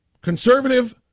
Conservative